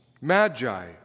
Magi